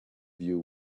view